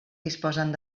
disposen